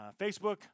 Facebook